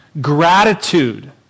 Gratitude